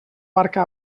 barca